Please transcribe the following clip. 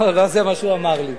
לא זה מה שהוא אמר לי.